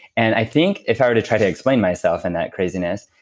and i think if i were to try to explain myself in that craziness,